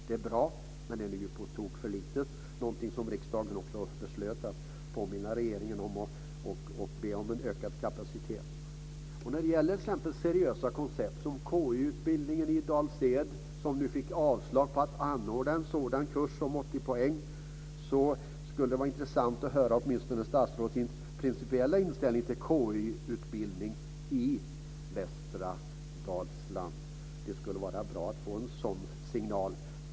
Det är bra, men den är på tok för liten. Riksdagen beslöt också att påminna regeringen om det och be om ökad kapacitet. När det gäller seriösa koncept som KY utbildningen i Dals-Ed som fick avslag på att anordna en sådan kurs om 80 poäng så skulle det vara intressant att åtminstone få höra statsrådets principiella inställning till KY-utbildning i västra Dalsland. Det skulle vara bra att få en sådan signal.